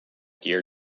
dear